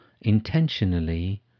intentionally